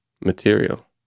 material